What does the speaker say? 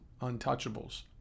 untouchables